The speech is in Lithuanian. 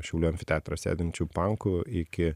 šiaulių amfiteatre sėdinčių pankų iki